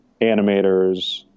animators